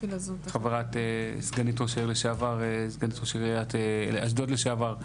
סגנית ראש עיריית אשדוד לשעבר,